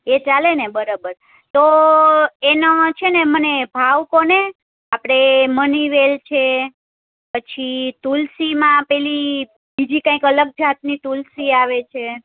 એ ચાલે ને બરોબર તો એના છે ને મને ભાવ કહો ને આપણે મની વેલ છે પછી તુલસીમાં પેલી બીજી કંઈક અલગ જાતની તુલસી આવે છે